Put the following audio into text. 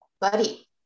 buddy